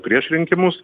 prieš rinkimus